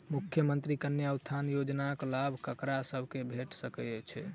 मुख्यमंत्री कन्या उत्थान योजना कऽ लाभ ककरा सभक भेट सकय छई?